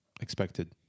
expected